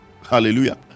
hallelujah